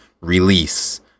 Release